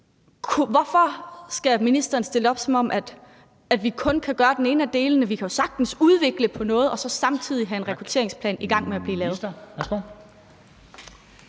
Hvorfor skal ministeren stille det op, som om vi kun kan gøre den ene af delene? Vi kan jo sagtens udvikle på noget og samtidig have en rekrutteringsplan i gang med at blive lavet.